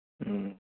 ہوں